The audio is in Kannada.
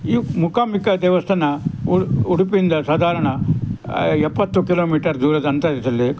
ಈ ಮೂಕಾಂಬಿಕಾ ದೇವಸ್ಥಾನ ಉಡುಪಿಯಿಂದ ಸಾಧಾರಣ ಎಪ್ಪತ್ತು ಕಿಲೋಮೀಟರ್ ದೂರದ ಅಂತರದಲ್ಲಿ